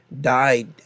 died